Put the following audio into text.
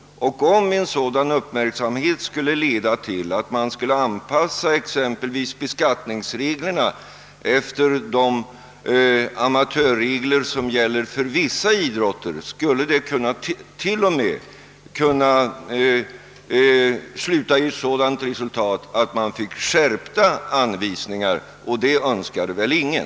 Om en sådan uppmärksamhet skulle leda till att man anpassade beskattningsreglerna efter exempelvis de amatörregler som gäller för vissa idrotter skulle det till och med kunna medföra att man fick skärpta anvisningar, och det önskar väl ingen.